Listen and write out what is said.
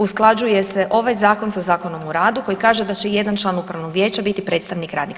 Usklađuje se ovaj Zakon sa Zakonom o radu koji kaže da će jedan član Upravnog vijeća biti predstavnik radnika.